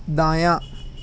دایاں